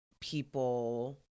people